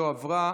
לא נתקבלה.